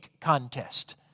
contest